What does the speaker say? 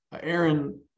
Aaron